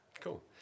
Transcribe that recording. cool